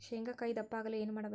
ಶೇಂಗಾಕಾಯಿ ದಪ್ಪ ಆಗಲು ಏನು ಮಾಡಬೇಕು?